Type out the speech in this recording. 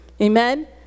Amen